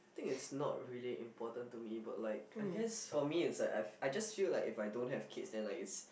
I think it's not really important to me but like I guess for me it's like I've I just feel like if I don't have kids then like it's